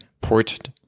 port